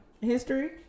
History